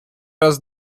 раз